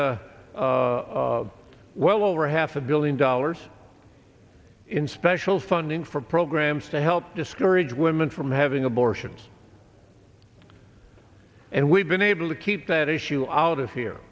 well over half a billion dollars in special funding for programs to help discourage women from having abortions and we've been able to keep that issue out of here